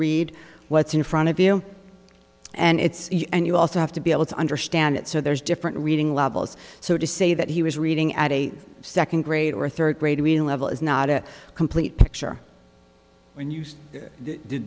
read what's in front of you and it's easy and you also have to be able to understand it so there's different reading levels so to say that he was reading at a second grade or third grade reading level is not a complete picture when used t